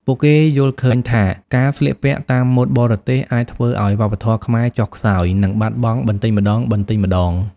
ពួកគេយល់ឃើញថាការស្លៀកពាក់តាមម៉ូដបរទេសអាចធ្វើឱ្យវប្បធម៌ខ្មែរចុះខ្សោយ និងបាត់បង់បន្តិចម្តងៗ។